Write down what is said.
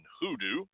hoodoo